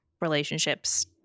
relationships